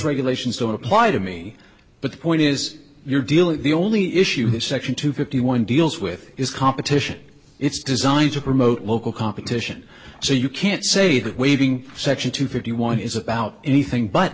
regulations don't apply to me but the point is you're dealing the only issue is section two fifty one deals with is competition it's designed to promote local competition so you can't say that waiving section two fifty one is about anything but